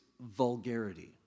vulgarity